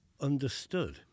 understood